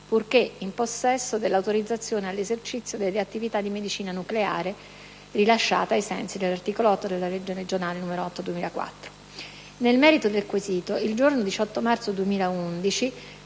purché in possesso dell'autorizzazione all'esercizio delle attività di medicina nucleare, rilasciata ai sensi dell'articolo 8 della legge regionale n. 8 del 2004. Nel merito del quesito, il giorno 18 marzo 2011